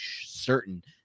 certain